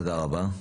תודה רבה.